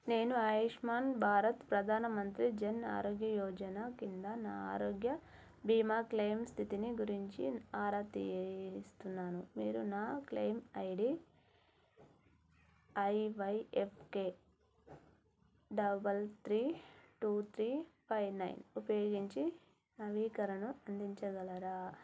నేను ఆయుష్మాన్ భారత్ ప్రధాన మంత్రి జన్ ఆరోగ్య యోజన కింద నా ఆరోగ్య భీమా క్లెయిమ్ స్థితిని గురించి ఆరా తీస్తున్నాను మీరు నా claim ID IYFK double three two three five nine ఉపయోగించి నవీకరణను అందించగలరా